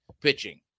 pitching